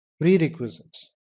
Prerequisites